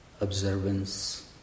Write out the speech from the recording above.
observance